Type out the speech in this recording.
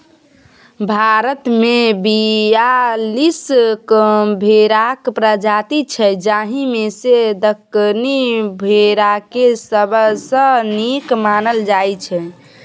भारतमे बीयालीस भेराक प्रजाति छै जाहि मे सँ दक्कनी भेराकेँ सबसँ नीक मानल जाइ छै